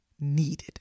needed